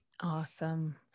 Awesome